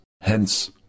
Hence